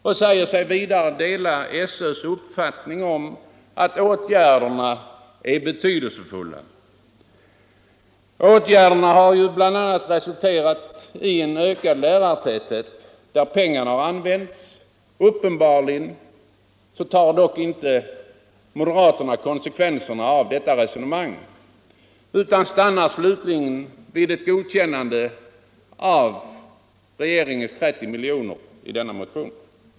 Man säger sig vidare dela SÖ:s uppfattning om att åtgärderna är betydelsefulla. Där pengarna har använts har resultatet bl.a. blivit en ökad lärartäthet. Uppenbarligen tar dock inte moderaterna konsekvenserna av detta resonemang, utan stannar vid ett godkännande av regeringens 30 milj.kr.